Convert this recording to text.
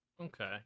Okay